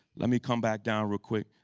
let me come back down real quick.